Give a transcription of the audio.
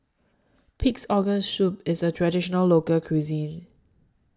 Pig'S Organ Soup IS A Traditional Local Cuisine